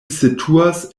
situas